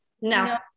No